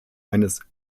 eines